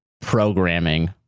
programming